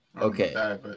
okay